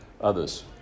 others